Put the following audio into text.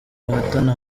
bahatana